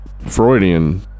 Freudian